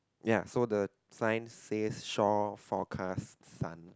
ya so the sign says shore forecast sun